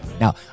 now